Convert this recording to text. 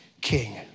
king